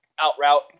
out-route